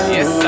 Yes